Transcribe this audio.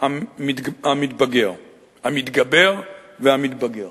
המתגבר והמתבגר.